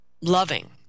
Loving